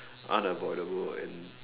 unavoidable and